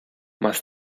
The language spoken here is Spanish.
más